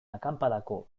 akanpadako